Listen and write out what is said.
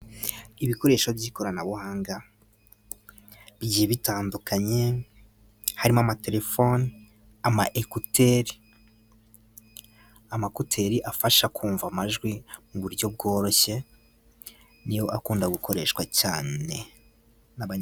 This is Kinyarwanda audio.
Ibikoresho by'ikoranabuhanga bigiye bitandukanye harimo amaterefone, ama ekuteri, amakuteri afasha kumva amajwi mu buryo bworoshye niyo akunda gukoreshwa cyane naba...